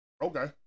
Okay